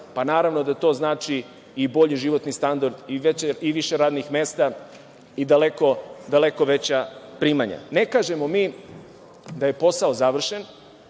pa naravno da to znači i bolji životni standard i više radnih mesta i daleko veća primanja. Ne kažemo da je posao završen,